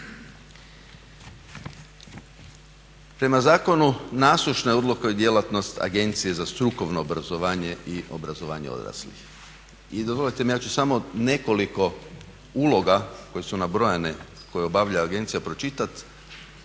Prema zakonu nasušna je odluka djelatnost Agencije za strukovno obrazovanje i obrazovanje odraslih. I dozvolite mi ja ću samo nekoliko uloga koje su nabrojane koje obavlja agencija pročitati